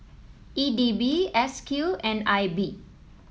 E D B S Q and I B